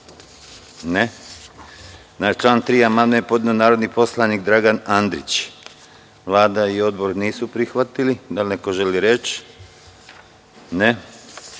(Ne.)Na član 3. amandman je podneo narodni poslanik Dragan Andrić. Vlada i odbor nisu prihvatili. Da li neko želi reč?